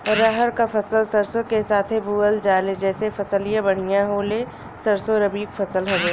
रहर क फसल सरसो के साथे बुवल जाले जैसे फसलिया बढ़िया होले सरसो रबीक फसल हवौ